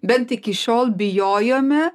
bent iki šiol bijojome